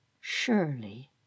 surely